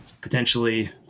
potentially